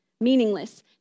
meaningless